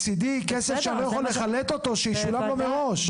מצידי, כסף שאני לא יחלט אותו שישולם לו מראש.